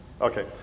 okay